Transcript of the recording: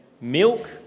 milk